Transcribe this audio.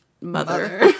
mother